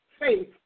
faith